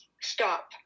stop